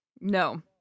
no